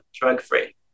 drug-free